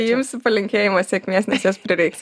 jums palinkėjimas sėkmės nes jos prireiks